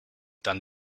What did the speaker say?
dann